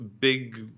big